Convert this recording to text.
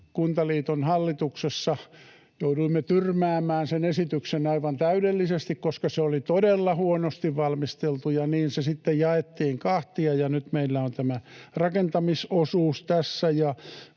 Kuntaliiton hallituksessa jouduimme tyrmäämään aivan täydellisesti, koska se oli todella huonosti valmisteltu, ja niin se sitten jaettiin kahtia, ja nyt meillä on tämä rakentamisosuus tässä,